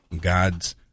God's